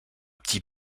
petit